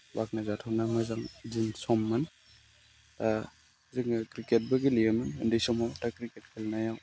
बाख्नायजाथावना मोजां दिन सममोन जोङो क्रिकेटबो गेलेयोमोन उन्दै समाव दा क्रिकेट गेलेनायाव